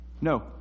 No